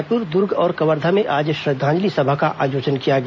रायपुर दुर्ग और कवर्धा में आज श्रद्वांजलि सभा का आयोजन किया गया